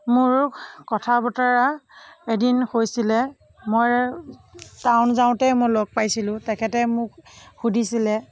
মোৰ কথা বতৰা এদিন হৈছিলে মই টাউন যাওঁতেই মই লগ পাইছিলোঁ তেখেতে মোক সুধিছিলে